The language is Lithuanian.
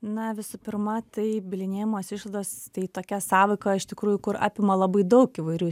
na visų pirma tai bylinėjimosi išlaidos tai tokia sąvoka iš tikrųjų kur apima labai daug įvairių